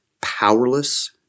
powerless